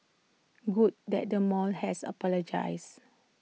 good that the mall has apologised